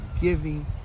giving